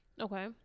Okay